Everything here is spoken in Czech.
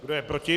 Kdo je proti?